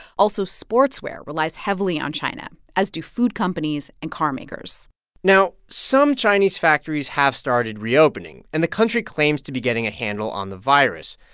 also, sportswear relies heavily on china, as do food companies and carmakers now, some chinese factories have started reopening, and the country claims to be getting a handle on the virus.